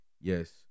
yes